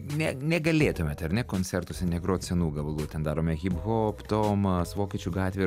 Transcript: ne negalėtumėt ar ne koncertuose negrot senų gabalų ten darome hiphop tomas vokiečių gatvė